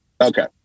Okay